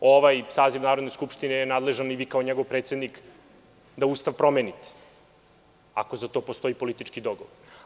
Ovaj saziv Narodne skupštine je nadležan i vi kao njegov predsednik da Ustav promenite ako za to postoji politički dogovor.